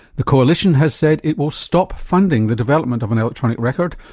the coalition has said it will stop funding the development of an electronic record,